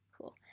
Cool